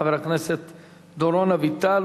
חבר הכנסת דורון אביטל,